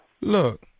Look